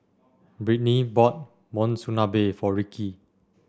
Brittnee bought Monsunabe for Ricki